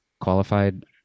qualified